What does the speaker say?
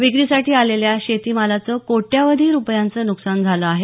विक्रीसाठी आलेल्या शेतीमालाचं कोट्यवधी रुपयांचं नुकसान झाले आहे